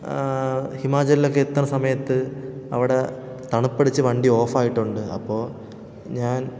ഹിമാചലിലൊക്കെ എത്തണ സമയത്ത് അവിടെ തണുപ്പടിച്ച് വണ്ടി ഓഫായിട്ടുണ്ട് അപ്പോൾ ഞാൻ